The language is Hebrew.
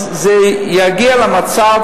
אז זה יגיע למצב